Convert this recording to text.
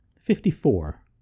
Fifty-four